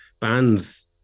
bands